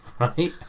Right